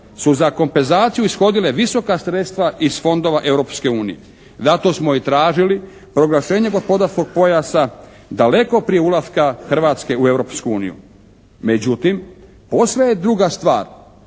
su za kompenzaciju ishodile visoka sredstva iz fondova Europske unije. Zato smo i tražili proglašenje gospodarskog pojasa daleko prije ulaska Hrvatske u Europsku uniju. Međutim, posve je druga stvar